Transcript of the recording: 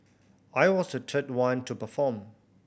I was the third one to perform